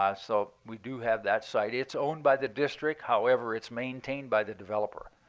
ah so we do have that site. it's owned by the district. however, it's maintained by the developer.